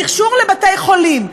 מכשור לבתי-חולים,